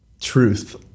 truth